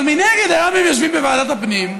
אבל מנגד, היום הם יושבים בוועדת הפנים,